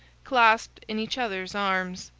clasped in each other's arms.